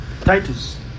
Titus